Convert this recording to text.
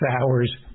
hours